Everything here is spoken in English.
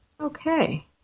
Okay